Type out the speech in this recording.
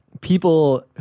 people